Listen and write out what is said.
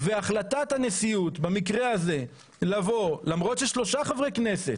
החלטת הנשיאות במקרה הזה - למרות ששלושה חברי כנסת